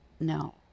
no